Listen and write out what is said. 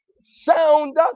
sound